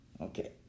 Okay